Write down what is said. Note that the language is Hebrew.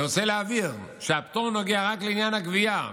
אני רוצה להבהיר שהפטור נוגע רק לעניין הגבייה,